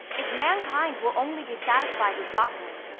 if mankind will only be satisfied with doctrines,